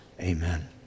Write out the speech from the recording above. Amen